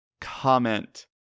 comment